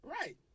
Right